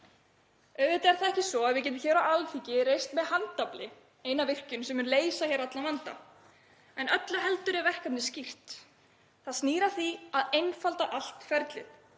Auðvitað er það ekki svo að við getum hér á Alþingi reist með handafli eina virkjun sem mun leysa allan vanda. En þess þá heldur er verkefnið skýrt. Það snýr að því að einfalda allt ferlið,